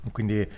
Quindi